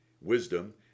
Wisdom